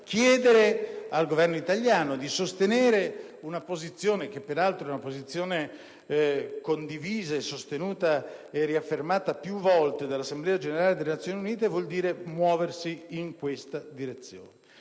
chiedere al Governo italiano di sostenere una posizione, che peraltro è condivisa sostenuta e riaffermata più volte dall'Assemblea generale delle Nazioni Unite, vuol dire muoversi in questa direzione.